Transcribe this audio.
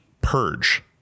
purge